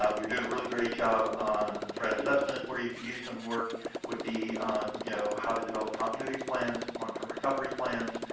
um you're doing a really great job on the threat assessment. where you could use some work would be on you know how to develop continuity plans, long-term recovery plans,